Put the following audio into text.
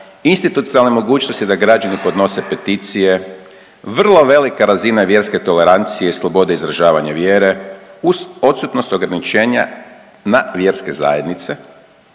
institucionalne mogućnosti da građani podnose peticije, vrlo velika razina vjerske tolerancije i slobode izražavanja vjere uz odsutnost ograničenja na vjerske zajednice